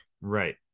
Right